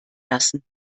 lassen